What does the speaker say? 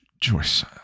Joyce